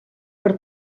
per